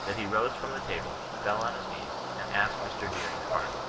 that he rose from the table, fell on his knees, and asked mr. deering s pardon